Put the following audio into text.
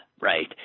right